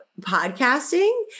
podcasting